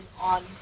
on